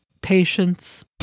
Patience